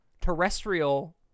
terrestrial